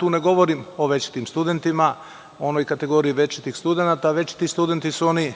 Tu ne govorim o večitim studentima, o onoj kategoriji večitih studenata. Večiti studenti su oni